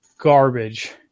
garbage